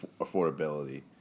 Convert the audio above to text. affordability